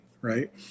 Right